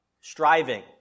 striving